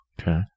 Okay